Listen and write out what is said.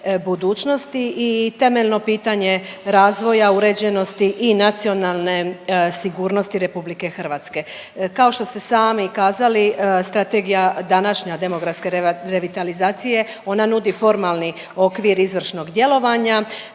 budućnosti i temeljno pitanje razvoja uređenosti i nacionalne sigurnosti RH. Kao što ste sami kazali strategija današnje demografske revitalizacije ona nudi formalni okvir izvršnog djelovanja.